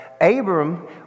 Abram